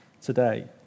today